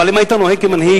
אבל אם היית נוהג כמנהיג,